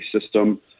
system